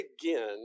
again